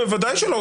ודאי שלא,